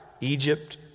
Egypt